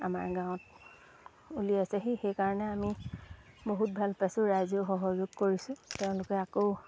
আমাৰ গাঁৱত উলিয়াইছেহি সেইকাৰণে আমি বহুত ভাল পাইছোঁ ৰাইজেও সহযোগ কৰিছোঁ তেওঁলোকে আকৌ